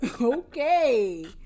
okay